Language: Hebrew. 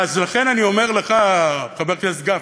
לכן אני אומר לך, חבר הכנסת גפני,